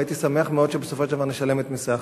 והייתי שמח מאוד שבסופו של דבר נשלם את מסי החבר.